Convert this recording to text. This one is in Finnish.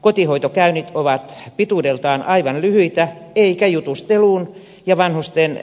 kotihoitokäynnit ovat pituudeltaan aivan lyhyitä eikä jutusteluun ja vanhusten